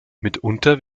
mitunter